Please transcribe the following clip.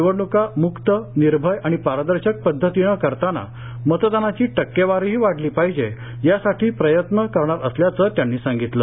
निवडणुका मुक्त निर्भय आणि पारदर्शकपद्वीने करताना मतदानाची टक्केवारीही वाढलीपाहिजे यासाठी प्रयत्न करणार असल्याचं त्यांनी सांगितलं